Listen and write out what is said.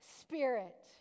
spirit